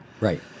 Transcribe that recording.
Right